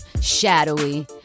shadowy